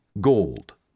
Gold